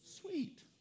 sweet